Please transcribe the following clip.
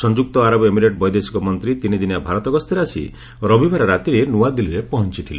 ସଂଯୁକ୍ତ ଆରବ ଏମିରେଟ୍ ବୈଦେଶିକ ମନ୍ତ୍ରୀ ତିନିଦିନିଆ ଭାରତ ଗସ୍ତରେ ଆସି ରବିବାର ରାତିରେ ନୂଆଦିଲ୍ଲୀରେ ପହଞ୍ଚଥିଥିଲେ